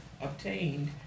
obtained